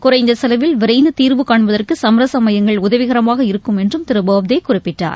குறைந்த செலவில் விரைந்து தீர்வு காண்பதற்கு சமரச மையங்கள் உதவிகரமாக இருக்கும் என்றும் திரு போப்தே குறிப்பிட்டார்